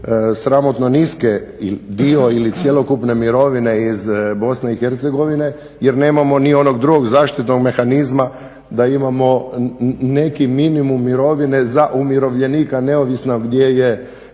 sramotno niske dio ili cjelokupne mirovine iz BiH jer nemamo ni onog drugog zaštitnog mehanizma da imamo neki minimum mirovine za umirovljenika neovisno gdje je